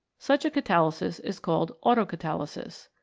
such a catalysis is called autocatalysis.